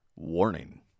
Warning